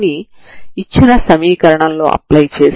దీనిని మీరు x కి సంబంధించి అవకలనం చేస్తారు